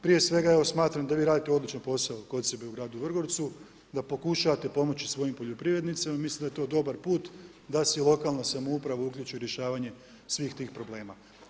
Prije svega smatram da vi radite odličan posao kod sebe u gradu Vrgorcu, da pokušavate pomoći svojim poljoprivrednicima, mislim da je to dobar put, da se lokalna uključi u rješavanje svih tih problema.